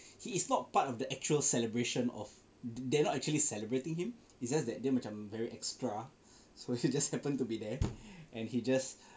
he is not part of the actual celebration of they are not actually celebrating him it's just that dia macam very extra so he just happen to be there and he just